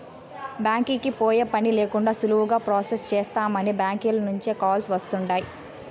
బ్యాంకీకి పోయే పనే లేకండా సులువుగా ప్రొసెస్ చేస్తామని బ్యాంకీల నుంచే కాల్స్ వస్తుండాయ్